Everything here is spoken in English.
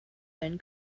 when